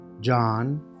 John